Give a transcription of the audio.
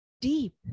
deep